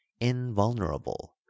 invulnerable